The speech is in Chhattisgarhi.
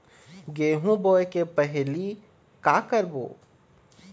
गेहूं बोए के पहेली का का करबो?